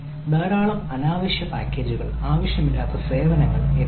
ധാരാളം അനാവശ്യ പാക്കേജുകൾ ആവശ്യമില്ലാത്ത സേവനങ്ങൾ എന്നിവയുണ്ട്